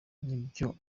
nibyo